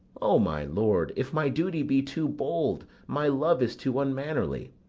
o my lord, if my duty be too bold, my love is too unmannerly.